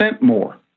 more